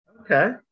Okay